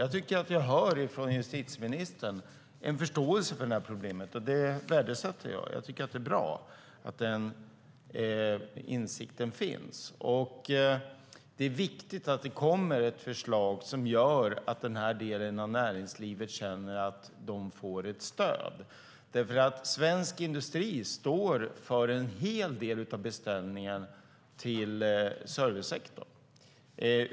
Jag tycker att justitieministern verkar ha en förståelse för detta problem, och det värdesätter jag. Jag tycker att det är bra att denna insikt finns. Det är viktigt att det kommer ett förslag som gör att denna del av näringslivet känner att den får ett stöd. Svensk industri står nämligen för en hel del av beställningarna till servicesektorn.